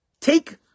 Take